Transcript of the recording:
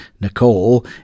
Nicole